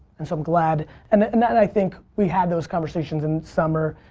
and so i'm glad and then and then i think we have those conversations in summer.